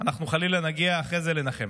אנחנו חלילה נגיע אחרי זה לנחם.